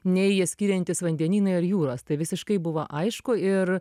nei jas skiriantys vandenynai ar jūros tai visiškai buvo aišku ir